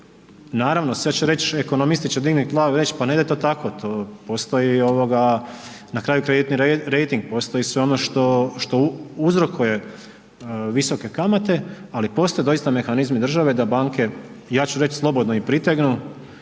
Naravno, sad će reć, ekonomisti će dignut glavu i reći ne ide to tako, to postoji ovoga, na kraju krediti rejting, postoji sve ono što uzrokuje visoke kamate, ali postoje doista mehanizmi države da banke, ja ću reći slobodno i pritegnu